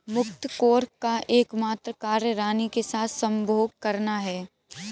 मुकत्कोर का एकमात्र कार्य रानी के साथ संभोग करना है